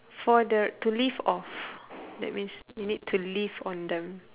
for the to live off that means you need to live on them